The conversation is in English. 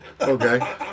Okay